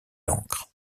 l’ancre